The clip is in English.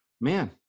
man